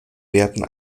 werten